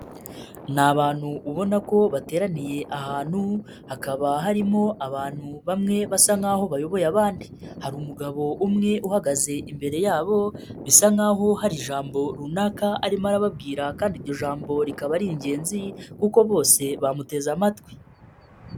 Ni abantu ubona ko bateraniye ahantu, hakaba harimo abantu bamwe basa nkaho bayoboye abandi, hari umugabo umwe uhagaze imbere yabo bisa nkaho hari ijambo runaka arimo arababwira kandi iryo jambo rikaba ari ingenzi kuko bose bamuteze amatwi.